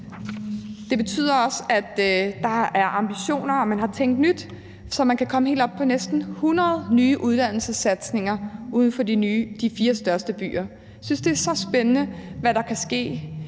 Det betyder også, at der er ambitioner bag, og at man har tænkt nyt, så man kan komme op på næsten 100 nye uddannelsessatsninger uden for de fire største byer. Jeg synes, det er spændende, hvad der kan ske